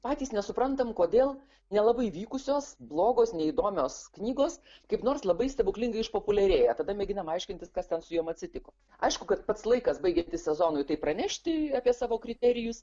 patys nesuprantam kodėl nelabai vykusios blogos neįdomios knygos kaip nors labai stebuklingai išpopuliarėja tada mėginam aiškintis kas ten su juo atsitiko aišku kad pats laikas baigiantis sezonui tai pranešti apie savo kriterijus